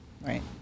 Right